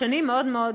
שנים מאוד מאוד